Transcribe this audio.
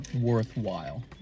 worthwhile